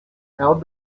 how